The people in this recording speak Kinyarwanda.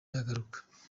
yagaruka